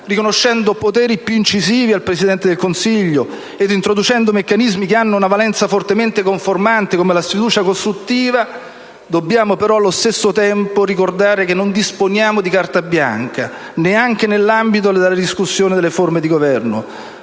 riconoscendo poteri più incisivi al Presidente del Consiglio ed introducendo meccanismi che hanno una valenza fortemente conformante come la sfiducia costruttiva, dobbiamo però allo stesso tempo ricordare che non disponiamo di carta bianca neanche nell'ambito di una ridiscussione della forma di Governo,